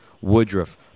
Woodruff